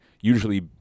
Usually